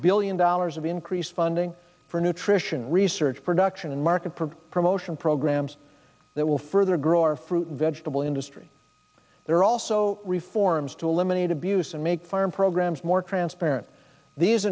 billion dollars of increased funding for nutrition research production and market promotion programs that will further grow our fruit vegetable industry there are also reforms to eliminate abuse and make farm programs more transparent these